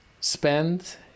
spend